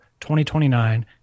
2029